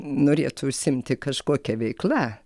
norėtų užsiimti kažkokia veikla